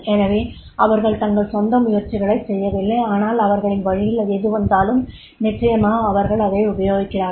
எனவே அவர்கள் தங்கள் சொந்த முயற்சிகளைச் செய்யவில்லை ஆனால் அவர்களின் வழியில் எது வந்தாலும் நிச்சயமாக அவர்கள் அதை உபயோகிக்கிறார்கள்